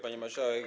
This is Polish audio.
Pani Marszałek!